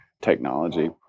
technology